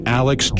alex